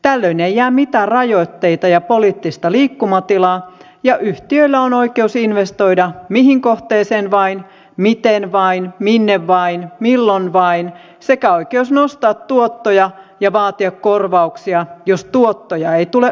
tällöin ei jää mitään rajoitteita ja poliittista liikkumatilaa ja yhtiöillä on oikeus investoida mihin kohteeseen vain miten vain minne vain milloin vain sekä oikeus nostaa tuottoja ja vaatia korvauksia jos tuottoja ei tule odotetusti